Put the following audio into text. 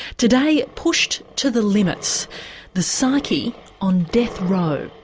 today, pushed to the limits the psyche on death row.